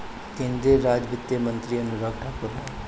केंद्रीय राज वित्त मंत्री अनुराग ठाकुर हवन